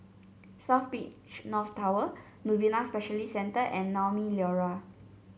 South Beach North Tower Novena Specialist Centre and Naumi Liora